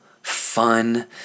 fun